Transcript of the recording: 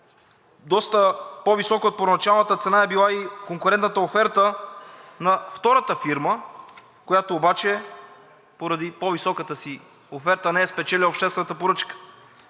Доста по-висока от първоначалната цена е била и конкурентната оферта на втората фирма, която обаче поради по-високата си оферт, не е спечелила обществената поръчка.